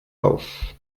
auf